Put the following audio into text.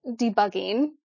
debugging